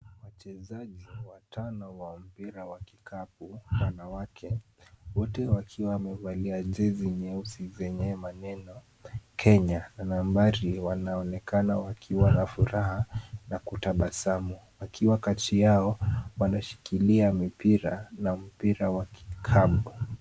Wachezaji watano wa mpira wa kikapu wanawake, wote wakiwa wamevalia jezi nyeusi zenye maneno Kenya, na mbali wanaonekana wakiwa na furaha na kutabasamu, wakiwa kati yao wameshikilia mipira na mpira wa kikapu.